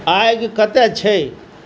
आगि कतय छै